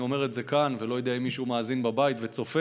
אני אומר את זה כאן ואני לא יודע אם מישהו מאזין בבית וצופה,